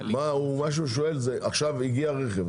הוא שואל מה קורה אם עכשיו הגיע רכב,